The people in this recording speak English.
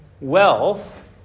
wealth